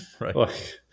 Right